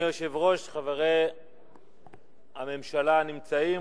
אדוני היושב-ראש, חברי הממשלה הנמצאים,